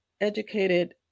educated